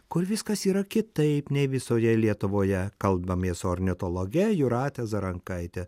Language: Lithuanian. kur viskas yra kitaip nei visoje lietuvoje kalbamės su ornitologe jūrate zarankaite